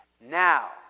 Now